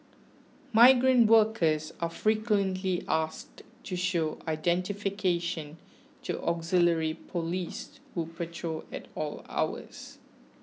migrant workers are frequently asked to show identification to auxiliary police who patrol at all hours